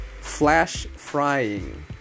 flash-frying